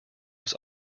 was